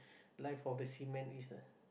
life of the seamen is ah